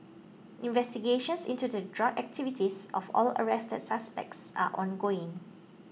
investigations into the drug activities of all arrested suspects are ongoing